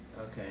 okay